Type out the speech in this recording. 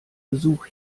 besuch